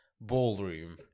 ballroom